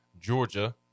Georgia